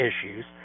issues